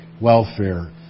welfare